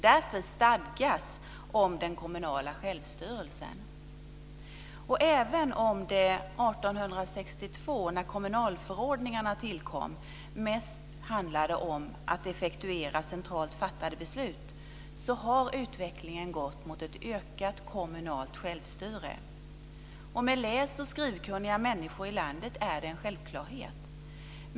Därför stadgas om den kommunala självstyrelsen. Även om det 1862, när kommunalförordningarna tillkom, mest handlade om att effektuera centralt fattade beslut, har utvecklingen gått mot ett ökat kommunalt självstyre. Med läs och skrivkunniga människor i landet är det en självklarhet.